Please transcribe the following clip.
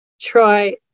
try